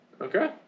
Okay